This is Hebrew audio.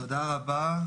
תודה רבה.